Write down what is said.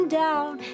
down